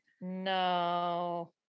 no